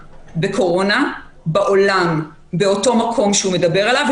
בקורונה בעולם באותו מקום שהוא מדבר עליו.